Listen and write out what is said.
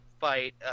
fight